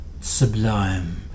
sublime